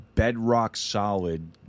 bedrock-solid